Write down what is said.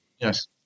Yes